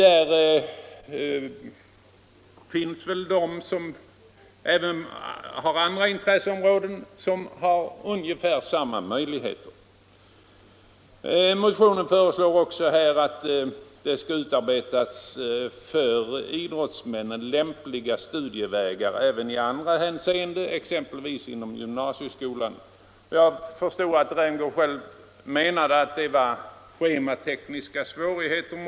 Även de som har andra intresseområden har väl ungefär samma möjligheter. I motionen 124 föreslås också att det skall utarbetas för idrottsmännen lämpliga studievägar även i andra hänseenden, exempelvis inom gymnasieskolan. Jag förstår att herr Rämgård själv menade att det många gånger var schematekniska svårigheter.